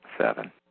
Seven